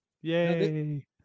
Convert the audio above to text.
Yay